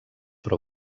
però